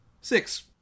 six